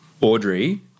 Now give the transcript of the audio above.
Audrey